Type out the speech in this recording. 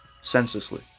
senselessly